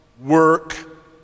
work